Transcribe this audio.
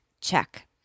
check